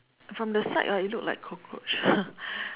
from the side ah it look like cockroach